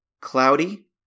Cloudy